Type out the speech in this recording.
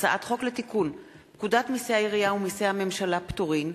הצעת חוק לתיקון פקודת מסי העירייה ומסי הממשלה (פטורין)